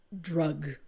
drug